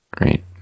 Right